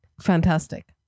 fantastic